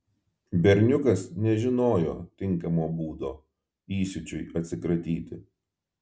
berniukas nežinojo tinkamo būdo įsiūčiui atsikratyti